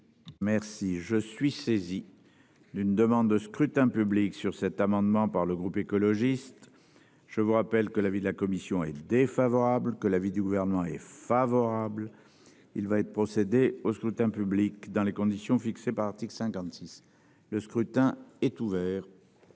Merci je suis saisi d'une demande de scrutin public sur cet amendement par le groupe écologiste. Je vous rappelle que l'avis de la commission est défavorable que l'avis du gouvernement est favorable. Il va être procédé au scrutin public dans les conditions fixées par l'article 56, le scrutin est ouvert.